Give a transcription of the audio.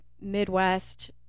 Midwest